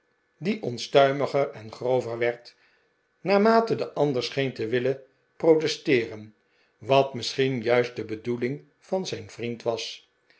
die onstuimiger en grover werd naarmate de ander scheen te willen protesteeren wat misschien juist de bedoeling van zijn vriend was